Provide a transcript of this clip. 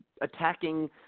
attacking